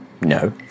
no